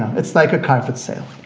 it's like a carpet sale.